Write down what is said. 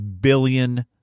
billion